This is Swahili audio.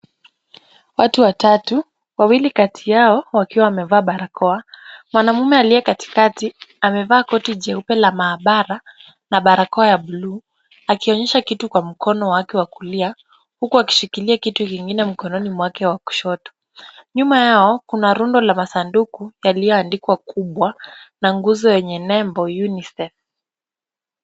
Watu watatu, wawili kati yao wakiwa wamevaa barakoa. Mwanaume aliye katikati amevaa koti jeupe la maabara na barakoa ya buluu. Akionyesha kitu kwa mkono wake wa kulia huko akishikilia kitu kingine mkononi mwake wa kushoto. Nyuma yao kuna rundo la masanduku yaliyoandikwa Kubwa na nguzo yenye nembo UNICEF.